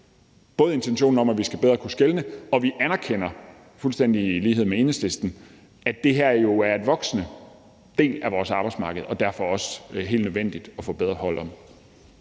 set intentionen om, at vi bedre skal kunne skelne, og vi anerkender fuldstændig i lighed med Enhedslisten, at det her jo er en voksende del af vores arbejdsmarked og derfor også helt nødvendigt at få bedre hold om.